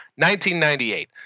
1998